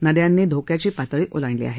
नद्यांनी धोक्याची पातळी ओलांडली आहे